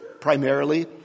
primarily